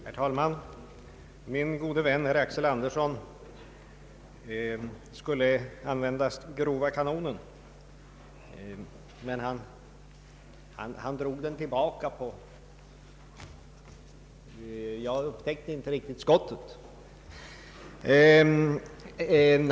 Herr talman! Min gode vän herr Axel Andersson skulle använda den grova kanonen, men han drog den tillbaka: jag upptäckte i varje fall inte skottet.